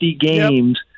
games